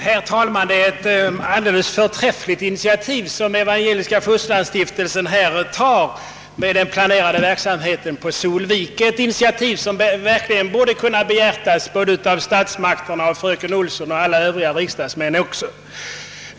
Herr talman! Det är ett alldeles förträffligt initiativ Evangeliska fosterlandsstiftelsen här tar med den planerade verksamheten i Solvik, ett initiativ som verkligen borde kunna behjärtas av statsmakterna, fröken Olsson och över huvud taget alla riksdagsmän.